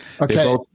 Okay